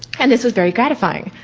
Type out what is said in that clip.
and this was very gratifying.